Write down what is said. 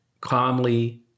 calmly